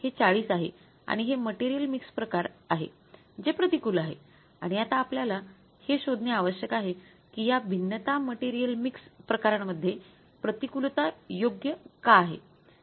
हे ४० आहे आणि हे मटेरियल मिक्स प्रकार आहे जे प्रतिकूल आहे आणि आता आपल्याला हे शोधणे आवश्यक आहे की या भिन्नता मटेरियल मिक्स प्रकारांमध्ये प्रतिकूलता योग्य का आहे